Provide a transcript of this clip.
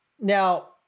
Now